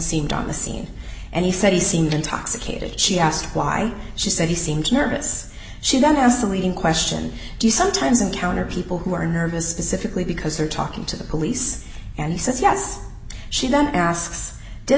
seemed on the scene and he said he seemed intoxicated she asked why she said he seemed nervous she then asked a leading question do you sometimes encounter people who are nervous specifically because they're talking to the police and he says yes she then asks did